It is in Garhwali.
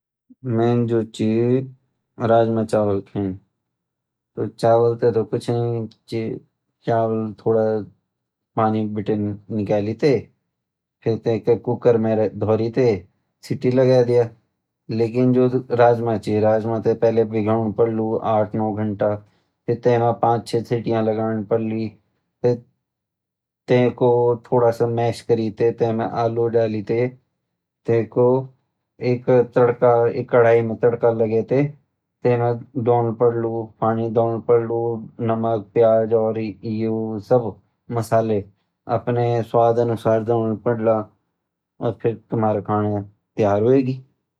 में जो छी राजमा चावल ख़ेन, चावल ते थोड़ा पानी बेटिनी निकाली ते तेकु कूकर मैं धोरी ते सीटी लेगे दिया लेकिन जू राजमा छ पहले भिगाऊँन पड़लू आठ - नौ घंटा फिर ते मा पांच - छे सिटिया लगोंन पड़ली फिर ते मा आलू डालीते एक कढ़ाई मैं तड़का लगेते नामक प्याज़ हल्दी दालिते राजमा और आलू डाली ते तयार हुएगिन